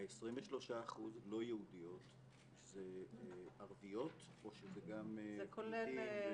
ה-23% לא יהודיות זה ערביות או שזה גם מיעוטים- - זה כולל ערביות,